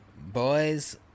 Boys